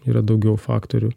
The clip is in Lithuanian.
yra daugiau faktorių